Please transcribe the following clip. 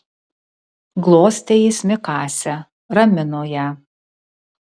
glostė jis mikasę ramino ją